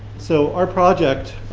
so, our project,